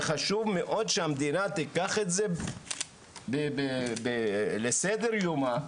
וחשוב מאוד שהמדינה תיקח את זה לסדר יומה,